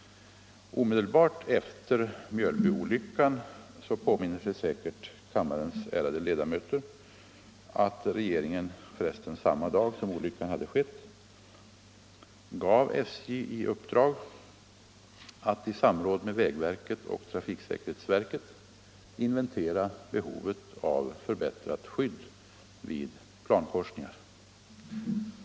Kammarens ärade ledamöter påminner sig säkert att regeringen omedelbart efter Mjölbyolyckan — för resten samma dag som olyckan hade inträffat — gav SJ i uppdrag att i samråd med vägverket och trafiksäkerhetsverket inventera behovet av förbättrat skydd vid plankorsningar.